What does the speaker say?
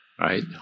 right